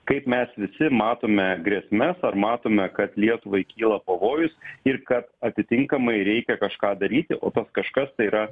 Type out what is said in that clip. kaip mes visi matome grėsmes ar matome kad lietuvai kyla pavojus ir kad atitinkamai reikia kažką daryti o kažkas tai yra